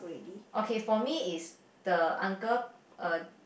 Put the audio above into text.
okay for me is the uncle uh